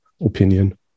opinion